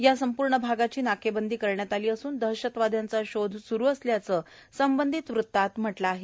या संपूर्ण भागाची नाकेबंदी करण्यात आली असून दहशतवाद्यांचा शोध स्रू असल्याचं याबाबतच्या वृतात म्हटलं आहे